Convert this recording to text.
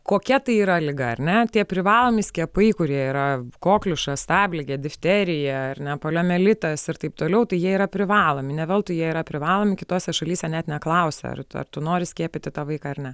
kokia tai yra liga ar net tie privalomi skiepai kurie yra kokliušas stabligė difterija ar ne poliomielitas ir taip toliau tai jie yra privalomi ne veltui jie yra privalomi kitose šalyse net neklausia ar ar tu nori skiepyti tą vaiką ar ne